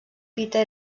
peter